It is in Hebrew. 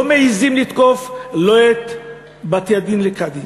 לא מעזים לתקוף לא את בתי-הדין של הקאדים,